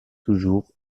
toujours